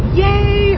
yay